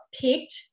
picked